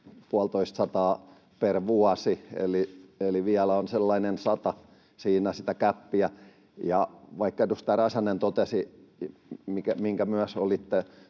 per vuosi, eli vielä on sellainen sata siinä gäppiä. Vaikka edustaja Räsänen totesi, minkä myös olitte